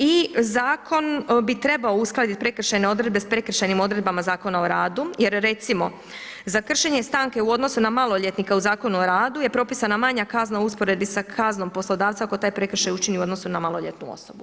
I zakon bi trebao uskladiti prekršajne odredbe s prekršajnim odredbama Zakona o radu jer recimo za kršenje stanke u odnosu na maloljetnika u Zakonu o radu je propisana manja kazna u usporedbi sa kaznom poslodavca ako taj prekršaj učini u odnosu na maloljetnu osobu.